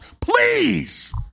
Please